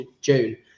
June